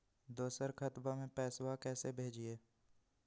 दोसर खतबा में पैसबा कैसे भेजिए?